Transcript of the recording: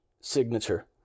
signature